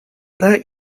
that